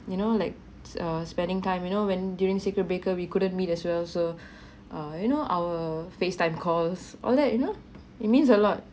you know like err spending time you know when during circuit breaker we couldn't meet as well so uh you know our Facetime calls all that you know it means a lot